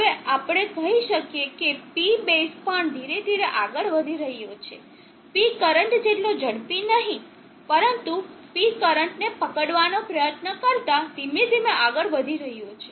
હવે આપણે કહી શકીએ કે P બેઝ પણ ધીરે ધીરે આગળ વધી રહ્યો છે P કરંટ જેટલો ઝડપી નહીં પરંતુ P કરંટને પકડવાનો પ્રયત્ન કરતાં ધીમે ધીમે આગળ વધી રહ્યો છે